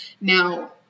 now